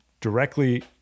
directly